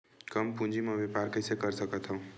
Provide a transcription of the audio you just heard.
कम पूंजी म व्यापार कइसे कर सकत हव?